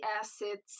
acids